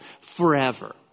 forever